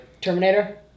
Terminator